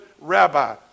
rabbi